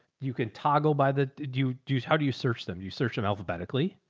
you can toggle by the, do you do, how do you search them? do you search them alphabetically?